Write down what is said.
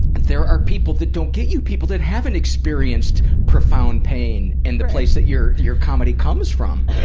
and there are people that don't get you, people that haven't experienced profound pain in the place that your your comedy comes from!